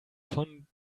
von